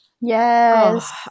yes